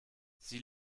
sie